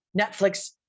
Netflix